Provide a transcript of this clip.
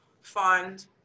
fund